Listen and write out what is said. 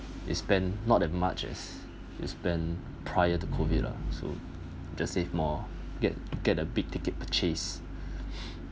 you spend not as much as you spend prior to COVID ah so just save more get get a big ticket purchase